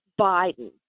Biden